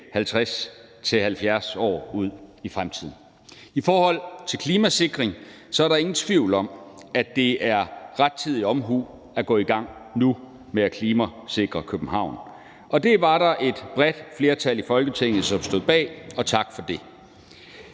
50-70 år ud i fremtiden. I forhold til klimasikring er der ingen tvivl om, at det er rettidig omhu at gå i gang med at klimasikre København nu, og det var der et bredt flertal i Folketinget som stod bag, og tak for det.